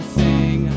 sing